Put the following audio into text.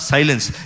Silence